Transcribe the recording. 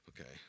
Okay